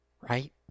right